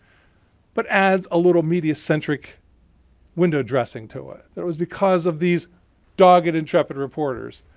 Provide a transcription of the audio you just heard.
but adds a little media centric window dressing to it. that it was because of these dogged intrepid reporters